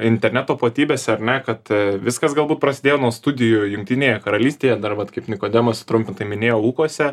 interneto platybėse ar ne kad viskas galbūt prasidėjo nuo studijų jungtinėje karalystėje dar vat kaip nikodemas sutrumpintai minėjo ūkuose